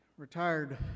Retired